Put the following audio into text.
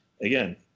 Again